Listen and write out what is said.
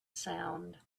sound